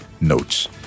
notes